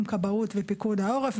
עם כבאות ופיקוד העורף,